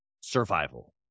survival